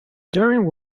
during